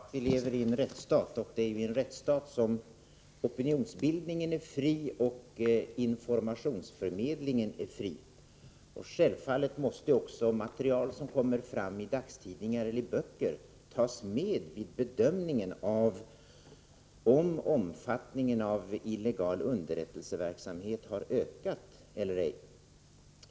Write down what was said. Fru talman! Vi lever i en rättsstat. Det är i en rättsstat som opinionsbildningen och informationsförmedlingen är fri. Självfallet måste också material som kommer fram i dagstidningar eller böcker tas med i bedömningen av huruvida omfattningen av illegal underrättelseverksamhet har ökat eller ej.